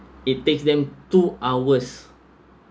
it takes them two hours